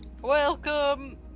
welcome